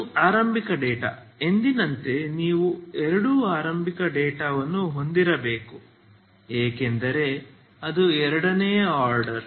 ಇದು ಆರಂಭಿಕ ಡೇಟಾ ಎಂದಿನಂತೆ ನೀವು ಎರಡು ಆರಂಭಿಕ ಡೇಟಾವನ್ನು ಹೊಂದಿರಬೇಕು ಏಕೆಂದರೆ ಅದು ಎರಡನೇ ಆರ್ಡರ್